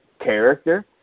character